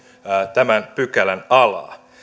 tämän pykälän alaa